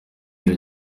iyo